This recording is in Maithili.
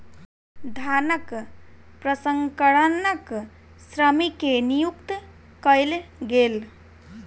धानक प्रसंस्करणक श्रमिक के नियुक्ति कयल गेल